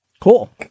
Cool